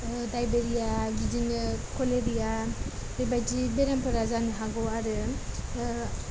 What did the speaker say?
ओ दायेरिया बिदिनो कलेरा बेबायदि बेरामफोरा जानो हागौ आरो